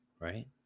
Right